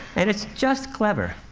and it's just clever.